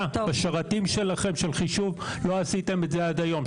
של חישוב בשרתים שלכם; לא עשיתם את זה עד היום.